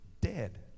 dead